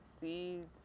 seeds